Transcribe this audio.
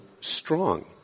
strong